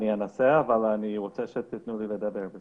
אני אנסה, אבל אני רוצה שתיתנו לי לדבר.